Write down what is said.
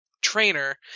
trainer